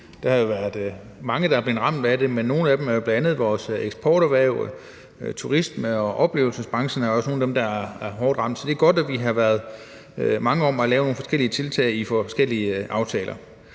Der er mange, der er blevet ramt af det, og det er bl.a. vores eksporterhverv, turismebranchen og oplevelsesbranchen; det er nogle af dem, der er hårdt ramt. Så det er godt, at vi har været mange om at lave nogle forskellige tiltag i forskellige aftaler.